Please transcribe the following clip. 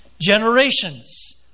generations